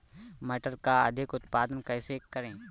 मटर का अधिक उत्पादन कैसे करें?